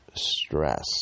stress